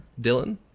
Dylan